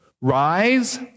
rise